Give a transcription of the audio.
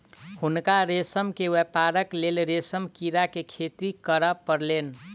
हुनका रेशम के व्यापारक लेल रेशम कीड़ा के खेती करअ पड़लैन